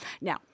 Now